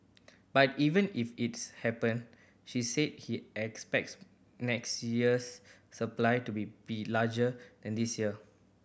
but even if it's happen she said he expects next year's supply to be be larger than this year